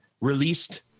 released